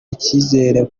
icyizere